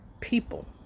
people